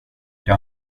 jag